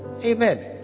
Amen